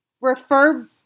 refer